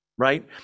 right